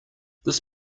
this